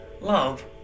love